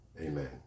Amen